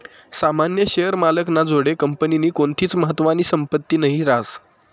सामान्य शेअर मालक ना जोडे कंपनीनी कोणतीच महत्वानी संपत्ती नही रास